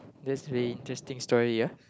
that's a very interesting story ya